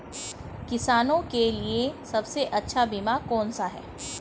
किसानों के लिए सबसे अच्छा बीमा कौन सा है?